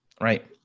Right